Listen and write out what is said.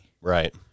Right